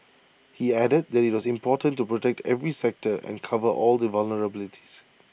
he added that IT was important to protect every sector and cover all the vulnerabilities